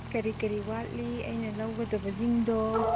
ꯀꯔꯤ ꯀꯔꯤ ꯋꯥꯠꯂꯤ ꯑꯩꯅ ꯂꯧꯒꯗꯕꯁꯤꯡꯗꯣ